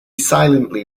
silently